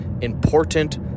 important